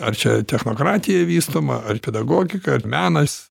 ar čia technokratija vystoma ar pedagogika ar menas